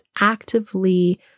actively